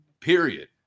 period